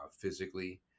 physically